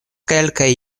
kelkaj